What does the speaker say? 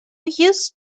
used